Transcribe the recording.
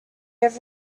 have